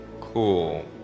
cool